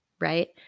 right